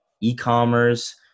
e-commerce